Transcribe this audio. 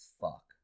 fuck